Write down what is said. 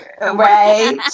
Right